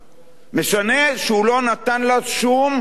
משנה שהוא לא נתן לה שום סיכוי.